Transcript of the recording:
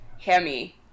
hammy